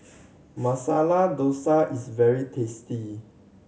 Masala Dosa is very tasty